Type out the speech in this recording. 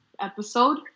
episode